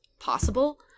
possible